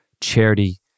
charity